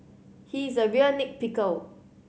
he is a real nit picker